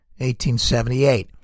1878